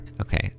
okay